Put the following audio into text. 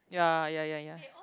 ya ya ya ya